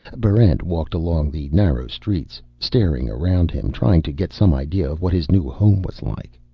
barrent walked along the narrow streets, staring around him, trying to get some idea of what his new home was like.